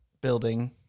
building